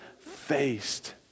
faced